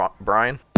Brian